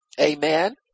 amen